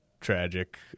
tragic